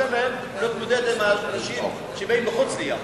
להם להתמודד עם האנשים שבאים מחוץ ליפו.